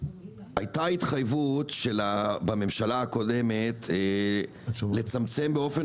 הייתה התחייבות בממשלה הקודמת לצמצם באופן